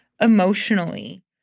emotionally